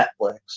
Netflix